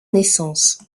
naissance